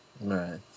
Right